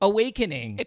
Awakening